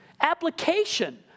application